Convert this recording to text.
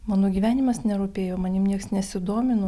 mano gyvenimas nerūpėjo manim nieks nesudomino